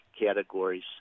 categories